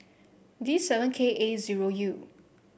D seven K A zero U